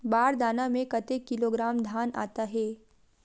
बार दाना में कतेक किलोग्राम धान आता हे?